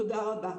תודה רבה.